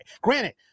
granted